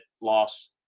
loss